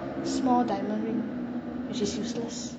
small diamond ring which is useless